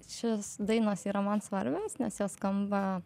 šios dainos yra man svarbios nes jos skamba